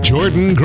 Jordan